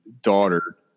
daughter